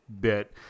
bit